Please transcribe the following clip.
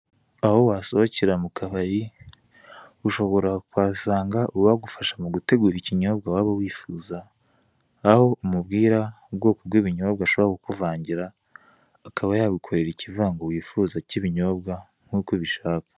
Aho wasohokera mu kabari ushobora kuhasanga uwagufasha mu gutegura ikinyobwa waba wifuza aho umubwira ubwoko bw'ibinyobwa ashobora kukuvangira akaba yagukorera ikivango wifuza k'ibinyobwa nk'uko ubishaka.